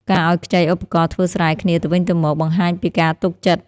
ការឱ្យខ្ចីឧបករណ៍ធ្វើស្រែគ្នាទៅវិញទៅមក បង្ហាញពីការទុកចិត្ត។